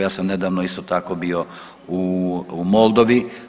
Ja sam nedavno isto tako bio u Moldovi.